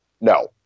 No